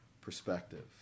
perspective